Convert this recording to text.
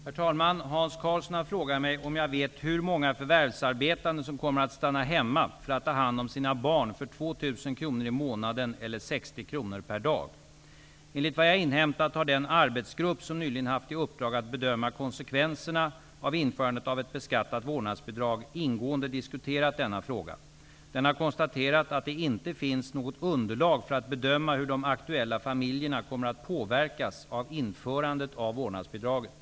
Herr talman! Hans Karlsson har frågat mig om jag vet hur många förvärvsarbetande som kommer att stanna hemma för att ta hand om sina barn för 2 000 Enligt vad jag inhämtat har den arbetsgrupp som nyligen haft i uppdrag att bedöma konsekvenserna av införandet av ett beskattat vårdnadsbidrag ingående diskuterat denna fråga. Den har konstaterat att det inte finns något underlag för att bedöma hur de aktuella familjerna kommer att påverkas av införandet av vårdnadsbidraget.